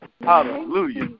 Hallelujah